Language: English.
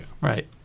Right